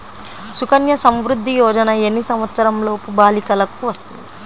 సుకన్య సంవృధ్ది యోజన ఎన్ని సంవత్సరంలోపు బాలికలకు వస్తుంది?